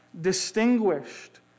distinguished